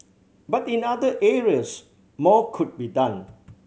but in other areas more could be done